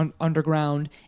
underground